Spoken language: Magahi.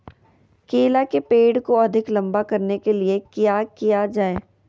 केला के पेड़ को अधिक लंबा करने के लिए किया किया जाए?